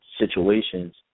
situations